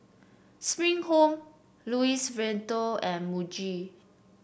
Spring Home Louis Vuitton and Muji